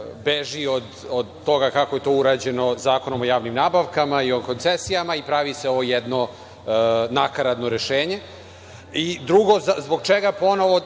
beži od toga kako je to urađeno Zakonom o javnim nabavkama i o koncesijama i pravi se ovo jedno nakaradno rešenje. Drugo, zbog čega ponovo